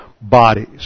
bodies